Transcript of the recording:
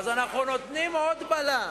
אז אנחנו נותנים עוד בלם.